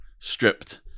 stripped